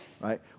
right